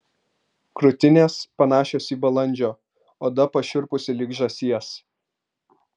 krūtinės panašios į balandžio oda pašiurpusi lyg žąsies